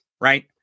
right